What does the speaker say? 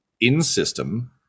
in-system